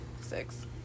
Six